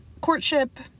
courtship